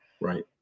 right